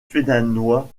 stéphanois